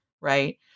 right